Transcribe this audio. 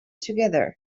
together